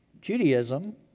Judaism